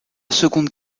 seconde